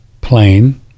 plane